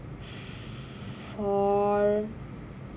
four